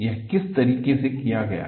यह किस तरीके से किया गया है